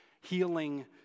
healing